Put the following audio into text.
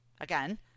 Again